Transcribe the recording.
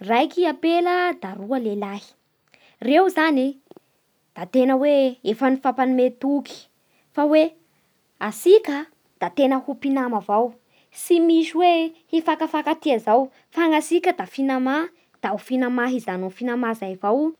Raiky ampela da roa lehilahy. Reo zany e da tena hoe efa nifampanome toky fa antsika da tena ho mpinama avao. Tsy misy hoe hifankafankatia zao fa gny antsika da finamà. Da ho hijano amin'ny finamà zay avao.